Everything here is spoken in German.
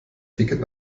ticket